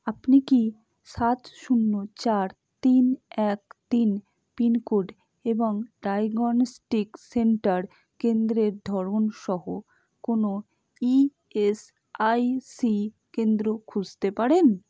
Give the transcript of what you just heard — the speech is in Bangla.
আপনি কি সাত শূন্য চার তিন এক তিন পিনকোড এবং ডায়গনোস্টিক সেন্টার কেন্দ্রের ধরন সহ কোনও ইএসআইসি কেন্দ্র খুঁজতে পারেন